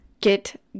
get